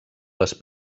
les